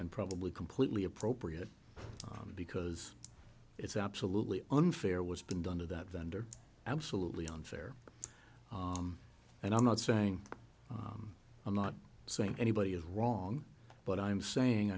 and probably completely appropriate because it's absolutely unfair was being done to that vendor absolutely unfair and i'm not saying i'm not saying anybody is wrong but i'm saying